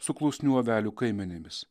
su klusnių avelių kaimenėmis